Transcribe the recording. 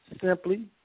simply